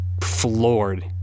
floored